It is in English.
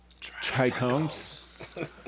trichomes